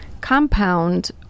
compound